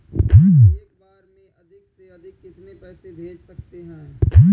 एक बार में अधिक से अधिक कितने पैसे भेज सकते हैं?